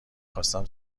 خواستم